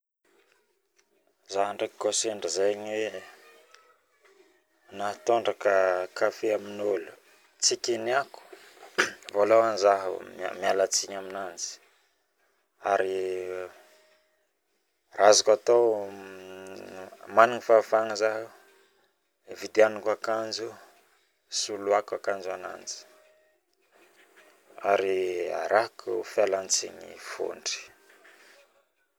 Zaho ndraiky koa sendra zaigny nahatondraka kafe aminolo tsy kiniako voalohany zaha mialatsigny aminazy raha azoko atao managna fahafahagna zaho vidianako akanjo soloako akanjo ananjy ary arahako fialantsigny fotry